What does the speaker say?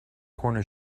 corner